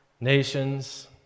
nations